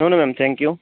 no no ma'am thank you